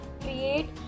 create